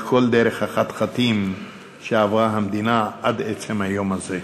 כל דרך החתחתים שעברה המדינה עד עצם היום הזה.